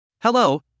Hello